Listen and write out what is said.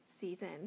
season